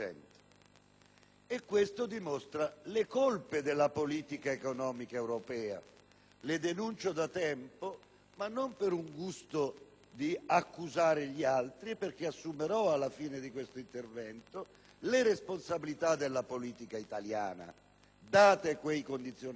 Ciò dimostra le colpe della politica economica europea, che denuncio da tempo, ma non per il gusto di accusare gli altri, perché alla fine di questo intervento assumerò le responsabilità della politica italiana, dati quei condizionamenti.